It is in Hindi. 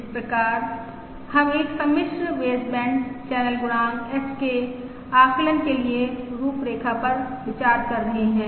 इस प्रकार हम एक सम्मिश्र बेसबैंड चैनल गुणांक H के आकलन के लिए रूपरेखा पर विचार कर रहे हैं